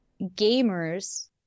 gamers